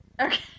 Okay